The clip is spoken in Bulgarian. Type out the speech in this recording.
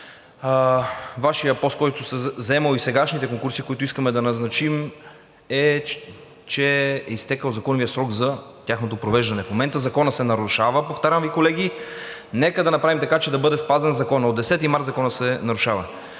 Вашия пост, който сте заемали, и сегашните конкурси, с които искаме да назначим, е, че е изтекъл законният срок за тяхното провеждане. В момента Законът се нарушава, повтарям Ви, колеги. Нека да направим така, че да бъде спазен Законът. От 10 март Законът се нарушава.